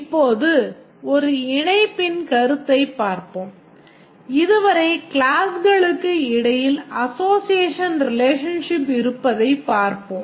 இப்போது ஒரு இணைப்பின் கருத்தைப் பார்ப்போம் இதுவரை கிளாஸ்களுக்கு இடையில் அசோஸியேஷன் ரிலேஷன்ஷிப் இருப்பதை பார்த்தோம்